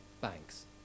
banks